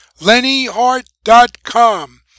LennyHart.com